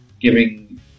giving